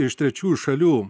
iš trečiųjų šalių